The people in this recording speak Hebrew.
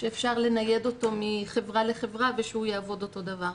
שאפשר לנייד אותו מחברה לחברה ושהוא יעבוד אותו דבר.